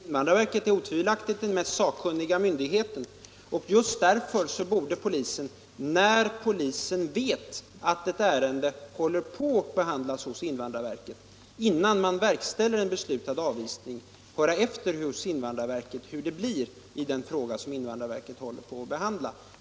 Herr talman! Invandrarverket är otvivelaktigt den mest sakkunniga myndigheten. Just därför borde polisen — när den vet att ett ärende är under behandling hos invandrarverket — innan man verkställer en beslutad avvisning höra efter hos verket hur utgången av dess behandling av ärendet blir.